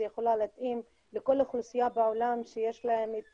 היא יכולה להתאים לכל אוכלוסייה בעולם שיש להם את